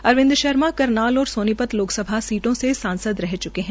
अरिवंद शर्मा करनाल और सोनीपत लोकसभा सीटों से सांसद रह च्के हैं